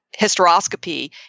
hysteroscopy